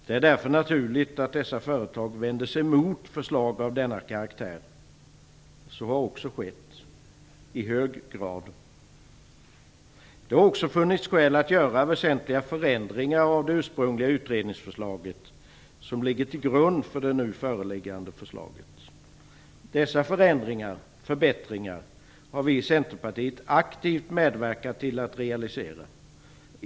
Det är därför naturligt att dessa företag vänder sig emot förslag av denna karaktär. Så har också skett i hög grad. Det har också funnits skäl att göra väsentliga förändringar av det ursprungliga utredningsförslaget, som ligger till grund för det nu föreliggande förslaget. Dessa förbättringar har vi i Centerpartiet aktivt medverkat till att realisera.